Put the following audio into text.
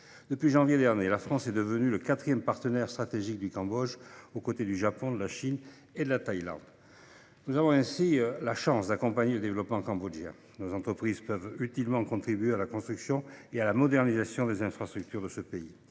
Depuis janvier dernier, la France est devenue le quatrième partenaire stratégique du Cambodge aux côtés du Japon, de la Chine et de la Thaïlande. Nous avons ainsi la chance d’accompagner le développement cambodgien. Nos entreprises peuvent utilement contribuer à la construction et à la modernisation des infrastructures de ce pays.